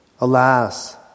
Alas